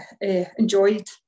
enjoyed